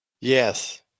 Yes